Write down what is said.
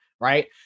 right